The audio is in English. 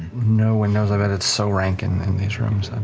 no windows. i bet it's so rank and in these rooms. um